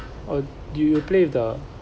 or do you play with the